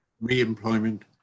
re-employment